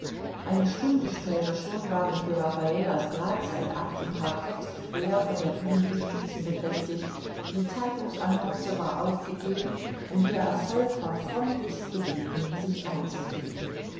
eine stunde später schon waren für raffalas drahtseilakt im parkett quer vor der bühne die stützen befestigt die zeitungsannonce war aufgegeben und der erfolg war freundlichst gebeten sich einzufinden